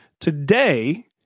Today